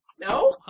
No